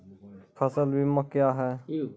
फसल बीमा क्या हैं?